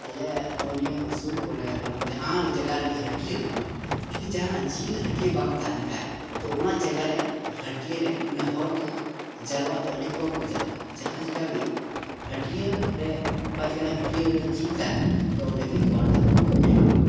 ᱟᱞᱮ ᱫᱚ ᱱᱤᱭᱟᱹ ᱥᱩᱨ ᱠᱚᱨᱮ ᱨᱮ ᱦᱚᱸ ᱡᱟᱦᱟᱸ ᱡᱟᱭᱜᱟ ᱨᱮᱜᱮ ᱦᱟᱹᱴᱤᱭᱟᱹ ᱦᱩᱭᱩᱜᱼᱟ ᱡᱩᱫᱤ ᱡᱟᱦᱟᱱᱟᱜ ᱡᱤᱞ ᱦᱟᱹᱴᱤᱭᱟᱹ ᱵᱟᱝ ᱛᱟᱦᱮᱱ ᱠᱷᱟᱡ ᱛᱚ ᱚᱱᱟ ᱡᱟᱭᱜᱟ ᱨᱮ ᱦᱟᱹᱴᱤᱭᱟᱹ ᱨᱮ ᱢᱟᱱᱮ ᱦᱚᱲ ᱫᱚ ᱡᱟᱨᱚᱣᱟᱜ ᱫᱚ ᱟᱹᱰᱤ ᱠᱚᱢ ᱠᱚ ᱡᱟᱨᱚᱣᱟᱜᱼᱟ ᱡᱟᱦᱟᱸ ᱡᱟᱭᱜᱟ ᱨᱮᱜᱮ ᱦᱟᱹᱴᱤᱭᱟᱹ ᱨᱮ ᱚᱠᱟ ᱡᱟᱭᱜᱟ ᱨᱮ ᱦᱟᱹᱴᱤᱭᱟᱹ ᱨᱮ ᱡᱤᱞ ᱛᱟᱦᱮᱱᱟ ᱛᱚ ᱚᱸᱰᱮ ᱜᱮ ᱦᱚᱲ ᱫᱚᱠᱚ ᱰᱷᱮᱨᱚᱜᱼᱟ